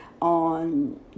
on